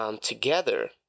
together